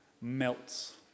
melts